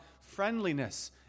friendliness